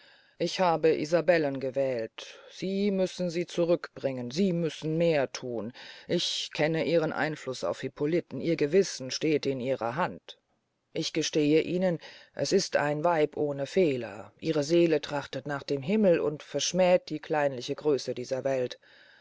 ich habe isabellen gewählt sie müssen sie zurückbringen sie müssen mehr thun ich kenne ihren einfluß auf hippoliten ihr gewissen steht in ihrer hand ich gestehe ihnen es ist ein weib ohne fehler ihre seele trachtet nach dem himmel und verschmäht die kleinliche größe dieser welt